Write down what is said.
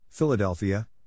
Philadelphia